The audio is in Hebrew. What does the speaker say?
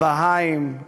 הבהאים,